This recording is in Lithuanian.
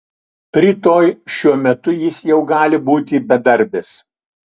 rytoj šiuo metu jis jau gali būti bedarbis